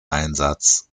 einsatz